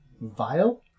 Vile